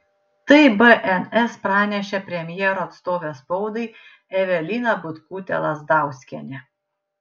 tai bns pranešė premjero atstovė spaudai evelina butkutė lazdauskienė